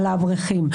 על האברכים.